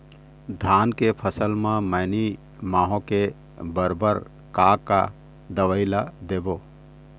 धान के फसल म मैनी माहो के बर बर का का दवई ला देबो?